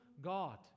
God